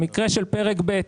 במקרה של פרק ב'.